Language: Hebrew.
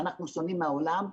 שאנחנו שונים מהעולם,